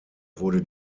wurde